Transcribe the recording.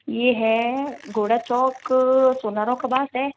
यह है घोड़ा चौक सोनारों का है